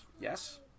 yes